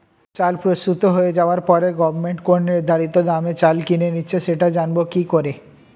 চাল প্রস্তুত হয়ে যাবার পরে গভমেন্ট কোন নির্ধারিত দামে চাল কিনে নিচ্ছে সেটা জানবো কি করে?